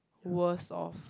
worse off